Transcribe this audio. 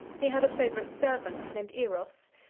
he had a favorite servant named eros,